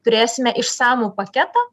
turėsime išsamų paketą